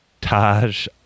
Taj